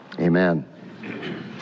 amen